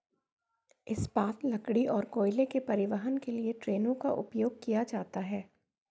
इस्पात, लकड़ी और कोयले के परिवहन के लिए ट्रेनों का उपयोग किया जाता है